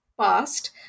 past